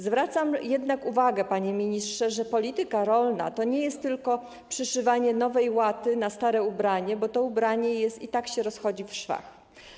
Zwracam jednak uwagę, panie ministrze, że polityka rolna to nie jest tylko przyszywanie nowej łaty na stare ubranie, bo to ubranie i tak się rozchodzi w szwach.